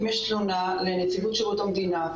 אם יש תלונה לנציבות שירות המדינה,